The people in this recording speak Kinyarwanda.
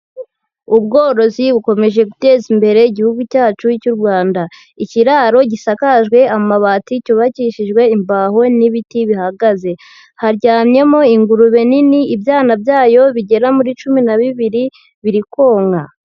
Ubworozi bukomeje guteza imbere Igihugu cyacu cy'u Rwanda, ikiraro gisakajwe amabati cyubakishijwe imbaho n'ibiti bihagaze, haryamyemo ingurube nini ibyana byayo bigera muri cumi na bibiri biri konka.